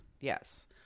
yes